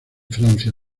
francia